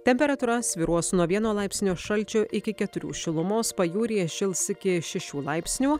temperatūra svyruos nuo vieno laipsnio šalčio iki keturių šilumos pajūryje šils iki šešių laipsnių